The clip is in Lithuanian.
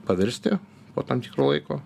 pavirsti po tam tikro laiko